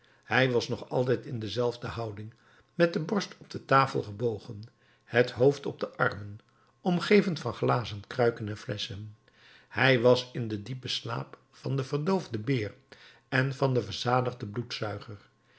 hij was nog altijd in dezelfde houding met de borst op de tafel gebogen het hoofd op de armen omgeven van glazen kruiken en flesschen hij was in den diepen slaap van den verdoofden beer en van den verzadigden bloedzuiger